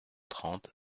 trente